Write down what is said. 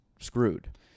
screwed